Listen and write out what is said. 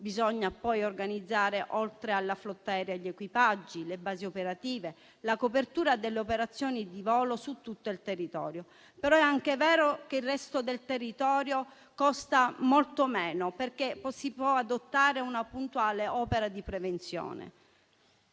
Bisogna organizzare, oltre alla flotta aerea, gli equipaggi, le basi operative, la copertura delle operazioni di volo su tutto il territorio. Ma è anche vero che il resto del territorio costa molto meno, perché si può adottare una puntuale opera di prevenzione.